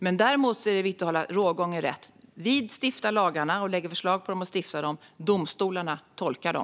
Det är dock viktigt att hålla rågången rätt: Vi lägger fram förslag, riksdagen stiftar lagar, men domstolarna tolkar dem.